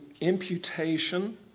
imputation